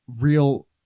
real